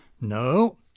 No